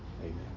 Amen